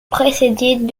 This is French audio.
précédée